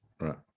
right